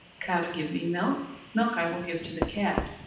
cow to give me milk, milk i will give to the cat,